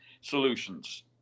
solutions